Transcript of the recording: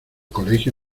colegio